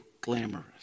glamorous